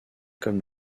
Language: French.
comme